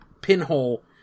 pinhole